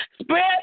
spread